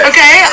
Okay